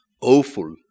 awful